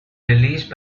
released